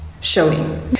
showing